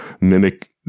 mimic